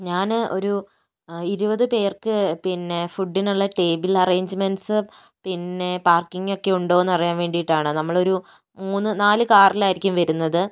ഞാന് ഒരു ഇരുപത് പേർക്ക് പിന്നെ ഫുഡിനുള്ള ടേബിൾ അറേഞ്ച്മെൻ്റെസ് പിന്നെ പാർക്കിങ്ങ് ഒക്കെ ഉണ്ടോന്നറിയാൻ വേണ്ടിയിട്ടാണ് നമ്മളൊരു ഒരു മൂന്ന് നാല് കാറിലായിരിക്കും വരുന്നത്